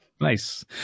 nice